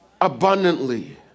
abundantly